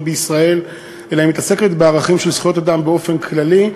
בישראל אלא עוסקת בערכים של זכויות אדם באופן כללי,